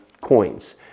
coins